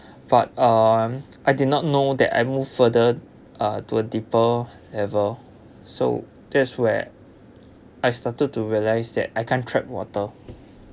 but um I did not know that I moved further uh to a deeper level so that's where I started to realise that I can't tread water